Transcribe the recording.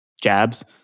jabs